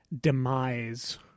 demise